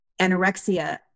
anorexia